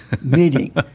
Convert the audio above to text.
meeting